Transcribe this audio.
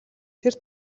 тэр